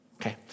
Okay